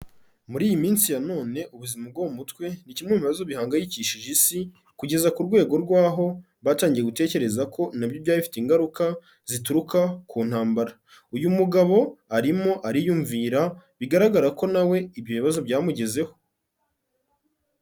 Muri iyi minsi ya none ubuzima bwo mu mutwe ni kimwe mu bibazo bihangayikishije Isi, kugeza ku rwego rw'aho, batangiye gutekereza ko na byo byaba bifite ingaruka zituruka ku ntambara, uyu mugabo arimo ariyumvira, bigaragara ko na we ibyo bibazo byamugezeho.